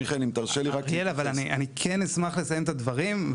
אני כן אשמח לסיים את הדברים,